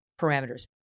parameters